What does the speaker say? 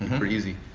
pretty easy.